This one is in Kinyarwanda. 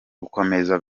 gukomeza